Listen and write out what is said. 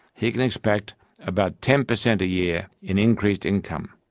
he can expect about ten per cent a year in increased income.